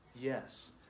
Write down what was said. Yes